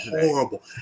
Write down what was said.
horrible